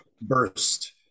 burst